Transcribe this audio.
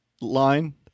line